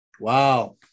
Wow